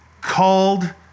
called